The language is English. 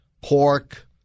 pork